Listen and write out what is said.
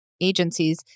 agencies